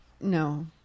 No